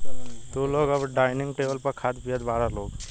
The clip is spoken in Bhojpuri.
तू लोग अब डाइनिंग टेबल पर खात पियत बारा लोग